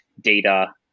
data